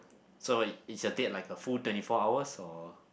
so what is your date like a full twenty four hours or